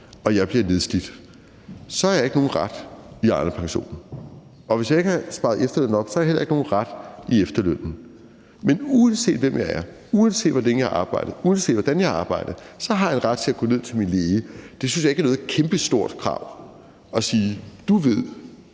og jeg bliver nedslidt, så ikke har nogen ret i Arnepensionen, og jeg, hvis jeg ikke har sparet efterløn op, heller ikke har nogen ret i efterlønnen. Men uanset hvem jeg er, uanset hvor længe jeg har arbejdet, uanset hvordan jeg har arbejdet, har jeg jo en ret til at gå ned til lægen og sige: Du ved, at jeg er nedslidt